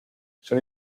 son